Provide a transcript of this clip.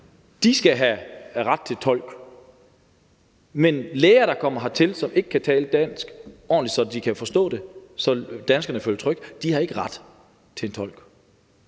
skal have ret til en tolk. Men læger, der kommer hertil, og som ikke kan tale ordentligt dansk, så danskerne kan forstå det og føle sig trygge, har ikke ret til en tolk.